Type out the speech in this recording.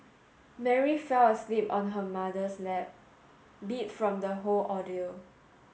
Mary fell asleep on her mother's lap beat from the whole ordeal